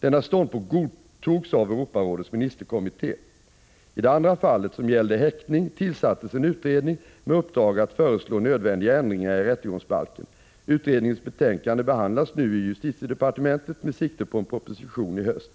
Denna ståndpunkt godtogs av Europarådets ministerkommitté. I det andra fallet, som gällde häktning, tillsattes en utredning med uppdrag att föreslå nödvändiga ändringar i rättegångsbalken. Utredningens betänkande behandlas nu i justitiedepartementet med sikte på en proposition i höst.